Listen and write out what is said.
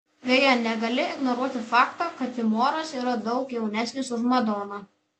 beje negali ignoruoti fakto kad timoras yra daug jaunesnis už madoną